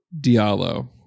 Diallo